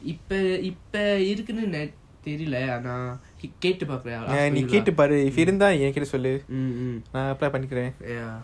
இப்ப இப்ப இருக்குனு தெரில ஆனா கேட்டு பாக்குறான்:ipa ipa irukunu terila aana keatu paakuran ya